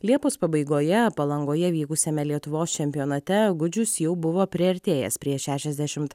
liepos pabaigoje palangoje vykusiame lietuvos čempionate gudžius jau buvo priartėjęs prie šešiasdešimt